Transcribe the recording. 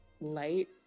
light